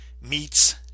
meets